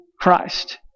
Christ